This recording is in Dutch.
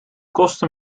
kostte